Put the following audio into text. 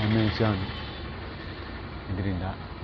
Amazon ಇದರಿಂದ